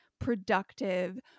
productive